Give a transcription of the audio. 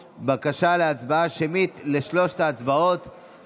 לפיד, אורנה ברביבאי, מאיר כהן, קארין אלהרר,